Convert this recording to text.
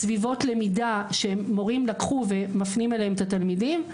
סביבות למידה שמורים לקחו ומפנים אליהם את התלמידים,